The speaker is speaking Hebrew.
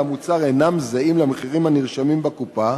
המוצר אינם זהים למחירים הנרשמים בקופה.